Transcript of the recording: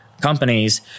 companies